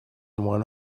one